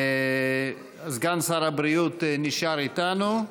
סגן שר הבריאות נשאר איתנו.